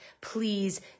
please